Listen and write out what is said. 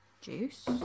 juice